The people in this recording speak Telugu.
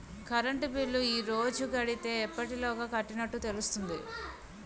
కరెంట్ బిల్లు ఈ రోజు కడితే ఎప్పటిలోగా కట్టినట్టు తెలుస్తుంది?